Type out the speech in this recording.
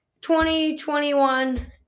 2021